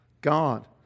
God